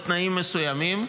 בתנאים מסוימים,